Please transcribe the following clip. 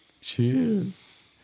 Cheers